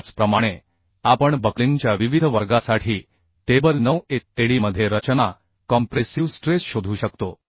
त्याचप्रमाणे आपण बक्लिंगच्या विविध वर्गासाठी टेबल 9 a तेd मध्ये रचना कॉम्प्रेसिव स्ट्रेस शोधू शकतो